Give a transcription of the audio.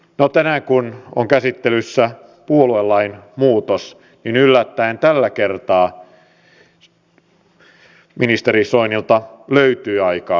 no tänään kun on käsittelyssä puoluelain muutos yllättäen tällä kertaa ministeri soinilta löytyi aikaa